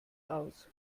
aus